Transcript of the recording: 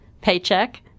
paycheck